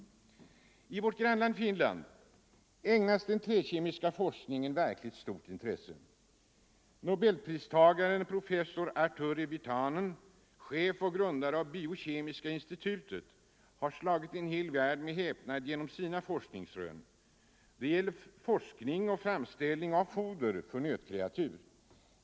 I vårt grannland Finland ägnas den träkemiska forskningen verkligt stort intresse. Nobelpristagaren professor Arthuri Virtanen, chef och grundare av Biokemiska institutet, har slagit en hel värld med häpnad genom sina forskningsrön. Det gäller forskning för framställning av foder för nötkreatur.